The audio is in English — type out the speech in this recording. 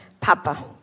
Papa